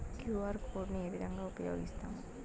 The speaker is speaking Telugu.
క్యు.ఆర్ కోడ్ ను ఏ విధంగా ఉపయగిస్తాము?